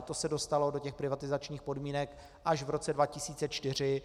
To se dostalo do těch privatizačních podmínek až v roce 2004.